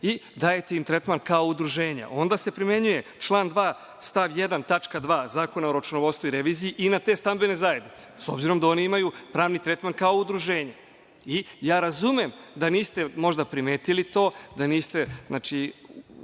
i dajete im tretman kao udruženja. Onda se primenjuje član 2. stav 1. tačka 2) Zakona o računovodstvu i reviziji i na te stambene zajednice, s obzirom da oni imaju pravni tretman kao udruženje. Razumem da niste možda primetili to, da niste